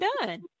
done